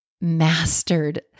mastered